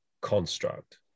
construct